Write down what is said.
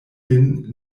lin